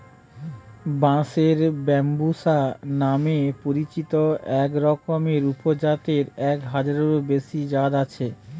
বাঁশের ব্যম্বুসা নামে পরিচিত একরকমের উপজাতের এক হাজারেরও বেশি জাত আছে